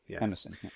Emerson